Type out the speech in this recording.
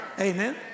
Amen